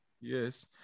Yes